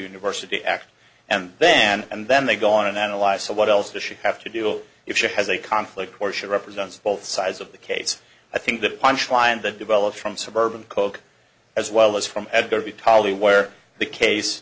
university act and then and then they go on and analyze so what else does she have to deal if she has a conflict or she represents both sides of the case i think the punch line that develops from suburban coke as well as from edgar vitaly where the case